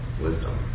wisdom